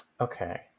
Okay